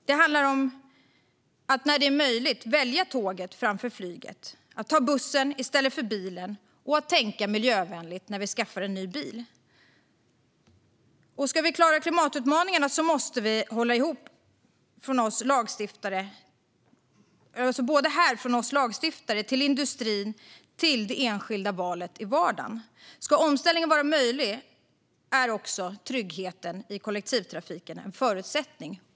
Det handlar om att när det är möjligt välja tåget framför flyget. Det handlar om att ta bussen i stället för bilen och att tänka miljövänligt när vi skaffar en ny bil. Ska vi klara klimatutmaningarna måste vi hålla ihop, från oss lagstiftare till industrin till det enskilda valet i vardagen. Ska omställningen vara möjlig är också tryggheten i kollektivtrafiken en förutsättning.